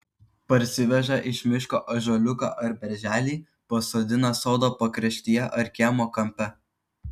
parsiveža iš miško ąžuoliuką ar berželį pasodina sodo pakraštyje ar kiemo kampe